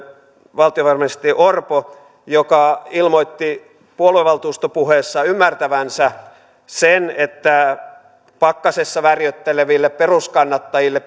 valtiovarainministeri orpo joka ilmoitti puoluevaltuustopuheessaan ymmärtävänsä sen että pakkasessa värjötteleville peruskannattajille